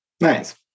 Nice